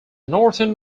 northern